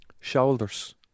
Shoulders